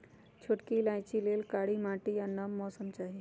छोटकि इलाइचि लेल कारी माटि आ नम मौसम चाहि